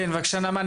כן בבקשה נעמה,